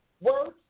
Words